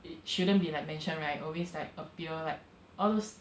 it shouldn't be like mentioned right always like appear like all those